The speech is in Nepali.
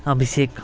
अभिषेक